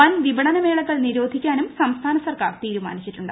വൻ വിപണന്റിമ്മേളകൾ നിരോധിക്കാനും സംസ്ഥാന സർക്കാർ തീരുമാനിച്ചിട്ടൂണ്ട്